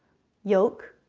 yoke,